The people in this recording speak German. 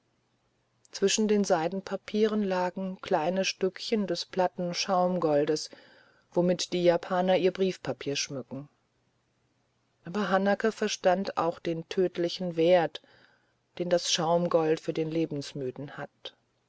zwischen den seidenpapieren lagen kleine stückchen des platten schaumgoldes womit die japaner ihr briefpapier schmücken aber hanake verstand auch den tödlichen wert den das schaumgold für den lebensmüden hat